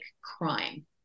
crime